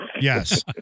Yes